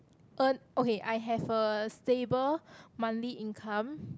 earn okay I have a stable monthly income